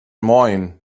moin